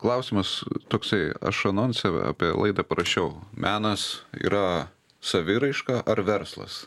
klausimas toksai aš anonsą apie laidą parašiau menas yra saviraiška ar verslas